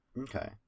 Okay